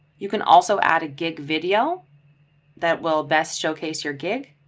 you can also add a gig video that will best showcase your gig.